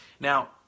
Now